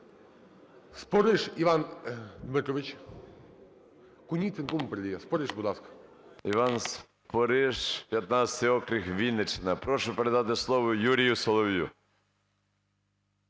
Іван Спориш, 15 округ, Вінниччина. Прошу передати слово Юрію Солов'ю.